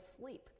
sleep